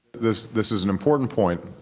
this this is an important point.